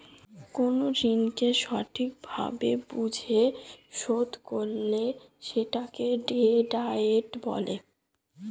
কোন ঋণকে সঠিক ভাবে বুঝে শোধ করলে সেটাকে ডেট ডায়েট বলে